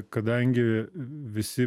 kadangi visi